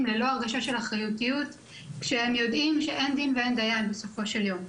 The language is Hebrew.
ללא הרגשה של אחריותיות כשהם יודעים שאין דין ואין דיין בסופו של יום.